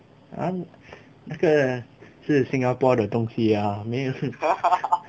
uh 那个是 singapore 的东西啊没有是